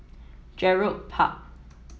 Gerald Park